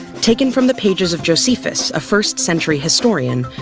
taken from the pages of josephus, a first century historian,